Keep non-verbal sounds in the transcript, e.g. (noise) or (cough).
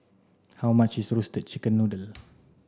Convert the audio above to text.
How much is roasted chicken noodle (noise)